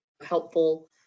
helpful